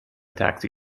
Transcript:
taxi